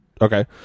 okay